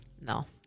No